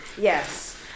Yes